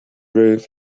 roof